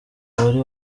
wari